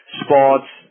sports